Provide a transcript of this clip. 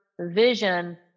vision